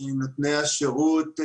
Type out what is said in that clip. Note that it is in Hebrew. נותני השירות,